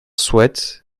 souhaite